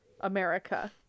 America